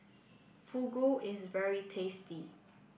Fugu is very tasty